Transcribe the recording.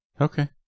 Okay